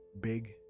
big